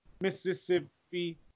Mississippi